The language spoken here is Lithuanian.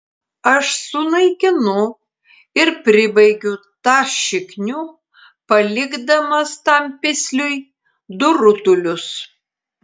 aš sunaikinu ir pribaigiu tą šiknių palikdamas tam pisliui du rutulius